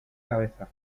cabeza